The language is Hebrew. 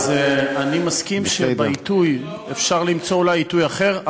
אז אני מסכים שאפשר אולי למצוא עיתוי אחר,